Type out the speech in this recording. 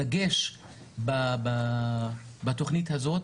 הדגש בתוכנית הזו,